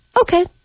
okay